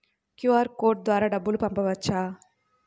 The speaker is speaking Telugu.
క్యూ.అర్ కోడ్ ద్వారా డబ్బులు పంపవచ్చా?